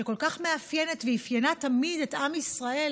שכל כך מאפיינת ואפיינה תמיד את עם ישראל,